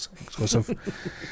exclusive